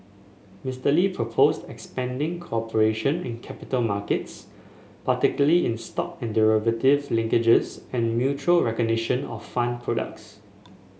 Mister Lee proposed expanding cooperation in capital markets particularly in stock and derivatives linkages and mutual recognition of fund products